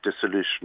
dissolution